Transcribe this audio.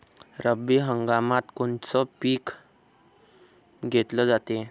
रब्बी हंगामात कोनचं पिक घेतलं जाते?